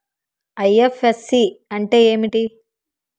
IFSC అంటే ఏమిటి?